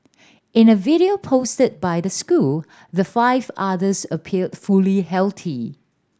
in a video posted by the school the five otters appeared fully healthy